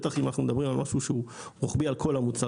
בטח אם אנחנו מדברים על משהו שהוא רוחבי על כל המוצרים.